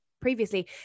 previously